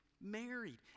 married